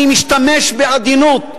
ואני משתמש בעדינות.